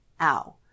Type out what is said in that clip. ow